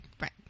right